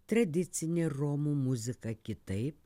tradicinė romų muzika kitaip